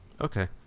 okay